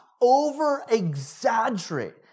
over-exaggerate